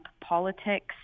politics